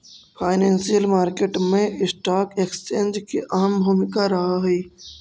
financial market मैं stock exchange के अहम भूमिका रहऽ हइ